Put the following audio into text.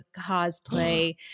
cosplay